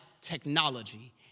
technology